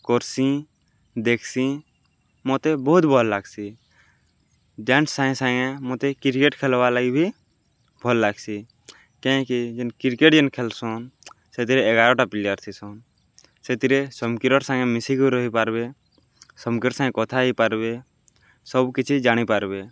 କର୍ସି ଦେଖସିଁ ମତେ ବହୁତ୍ ଭଲ୍ ଲାଗ୍ସି ଡ୍ୟାନ୍ସ ସାଙ୍ଗେ ସାଙ୍ଗେ ମତେ କ୍ରିକେଟ୍ ଖେଲ୍ବାର୍ ଲାଗି ବି ଭଲ୍ ଲାଗ୍ସି କାହିଁକି ଯେନ୍ କ୍ରିକେଟ୍ ଯେନ୍ ଖେଲ୍ସନ୍ ସେଥିରେ ଏଗାରଟା ପ୍ଲେୟାର୍ ଥିସନ୍ ସେଥିରେ ସମ୍କିରର୍ ସାଙ୍ଗେ ମିଶିକରି ରହିପାର୍ବେ ସମ୍କିର ସାଙ୍ଗେ କଥା ହେଇପାର୍ବେ ସବୁକିଛି ଜାଣିପାର୍ବେ